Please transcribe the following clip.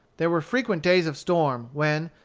there were frequent days of storm, when,